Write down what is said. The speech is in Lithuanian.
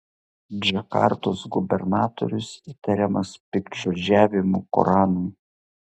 džakartos gubernatorius įtariamas piktžodžiavimu koranui